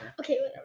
Okay